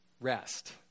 rest